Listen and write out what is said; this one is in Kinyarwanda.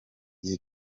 igihe